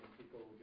people